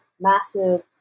massive